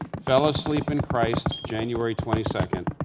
fell asleep in christ january twenty second,